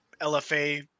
LFA